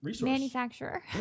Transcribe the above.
Manufacturer